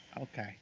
Okay